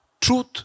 truth